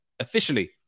officially